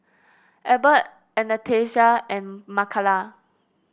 Ebert Anastacia and Makala